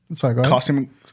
costume